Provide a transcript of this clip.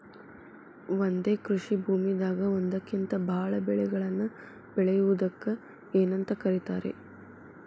ಒಂದೇ ಕೃಷಿ ಭೂಮಿದಾಗ ಒಂದಕ್ಕಿಂತ ಭಾಳ ಬೆಳೆಗಳನ್ನ ಬೆಳೆಯುವುದಕ್ಕ ಏನಂತ ಕರಿತಾರೇ?